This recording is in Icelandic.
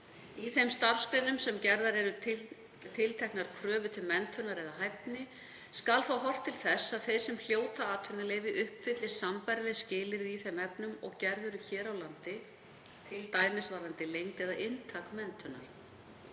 Í þeim starfsgreinum þar sem gerðar eru tilteknar kröfur til menntunar eða hæfni skal þá horft til þess að þeir sem hljóta atvinnuleyfi uppfylli sambærileg skilyrði í þeim efnum og gerð eru hér á landi, t.d. varðandi lengd eða inntak menntunar.